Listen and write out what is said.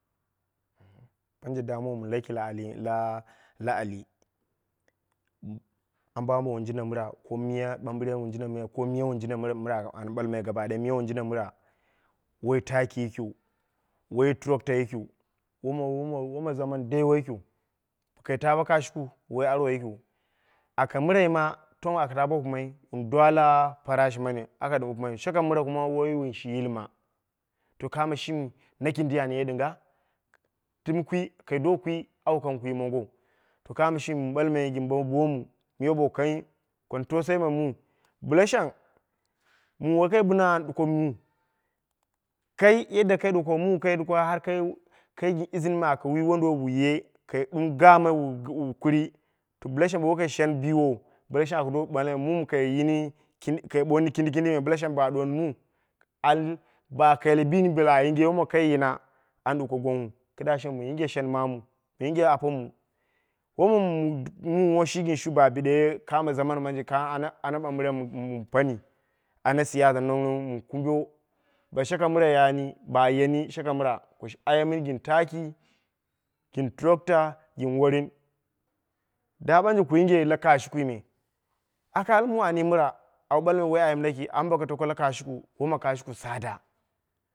Banje damuwa laki la'ali, la'ali, ambo ambo wun jinda mira, ko miya ɓambiren wun jinda mira, ko miya wun jinda mira. Woi taki yikiu woi tractor yikiu, woma woma zaman dai woi yikiu. Kai ta bo kashiku woi arwo yikiu. Aka mirai ma tong aka ta bo wupimai, wun dwale parashi mani, aka dim wupimaiyu. Shaka mira kuma woiyi shi yilma. To kamo shimi, na kindi an ye ɗinga? Dim kwi, kai do kwi, au kang kwi mongon. To kamo shimi wun ɓalmai gin bo bomu, miya bow kan tausayi ma mu, bla shang mumi wokai binan and duko mu. Kai yadda kai duwaka mu kai doka har kai gin izni aka wi wonduwoi we ye, kai dum gamai wu kuri, bla shang bo wai kai shen biwon aka do almai mu mi kai yini, kai boni kindi kindi me, bla shang ba duwoni mu, an ba kaile bini ba yinge wom kai yina, an duko gwangwu. Kida shimi shen mamu. mu yinge apomu. Ko mumi woshi gin shi, ba bideye, kamo zaman mi ɓanje ka ana ɓambiren mu pani. ana siyasa nong nong mun kumbo. Bo shaka mira rani bayeni, ba shaka mira bo yeni ku aye mini gin taki, gin tractor, gin worin. Da ɓanje ku yinge la kashuku me, aka ala mu an ye mira au balmai woi ayim laki amma boko tako la kashuku woma kashuku tsada.